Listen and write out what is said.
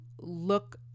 look